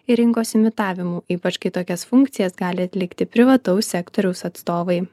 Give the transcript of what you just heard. ir rinkos imitavimu ypač kai tokias funkcijas gali atlikti privataus sektoriaus atstovai